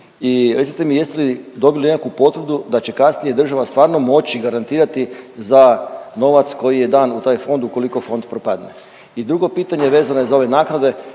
i recite mi, jeste li dobili nekakvu potvrdu da će kasnije država stvarno moći garantirati za novac koji je dan u taj fond, ukoliko fond propadne? I drugo pitanje, vezane za ove naknade,